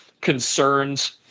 concerns